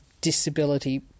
disability